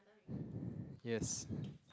yes